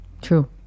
True